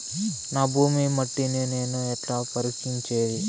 నా భూమి మట్టిని నేను ఎట్లా పరీక్షించేది?